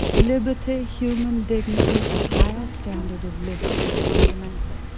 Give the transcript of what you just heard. liberty, human dignity, a higher standard of living is fundamental